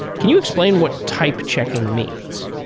can you explain what type checking means?